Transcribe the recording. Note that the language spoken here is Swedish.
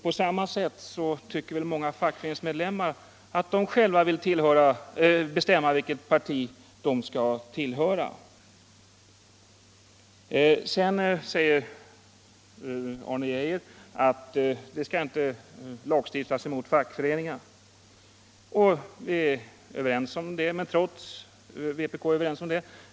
På samma sätt tycker väl många fackföreningsmedlemmar att de själva vill bestämma vilket parti de skall tillhöra. Sedan sade Arne Geijer att det inte skall lagstiftas mot fackföreningarna, och vpk stöder den inställningen.